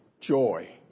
joy